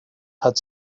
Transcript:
had